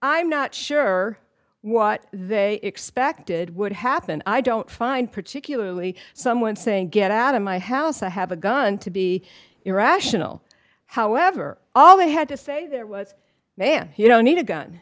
i'm not sure what they expected would happen i don't find particularly someone saying get out of my house i have a gun to be irrational however all they had to say there was man you know i need a gun